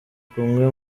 kumwe